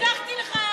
אני הבטחתי לך,